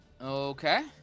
okay